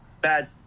bad